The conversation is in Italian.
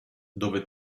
dove